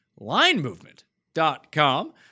linemovement.com